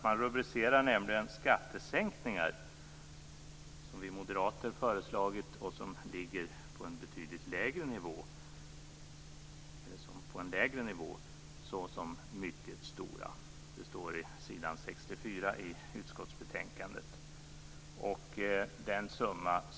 Man rubricerar nämligen skattesänkningar som vi moderater förslagit och som ligger på en betydligt lägre nivå såsom mycket stora. Det står på s. 64 i utskottsbetänkandet.